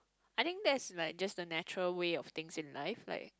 I think that's like just the natural way of things in life like